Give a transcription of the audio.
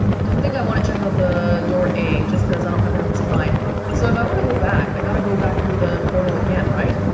i don't think i wanna check out the door a, just cause i don't have enough time so if i wanna go back, i gotta go back through the portal again, right?